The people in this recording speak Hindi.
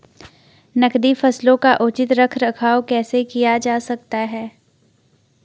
नकदी फसलों का उचित रख रखाव कैसे किया जा सकता है?